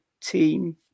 team